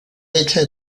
hecha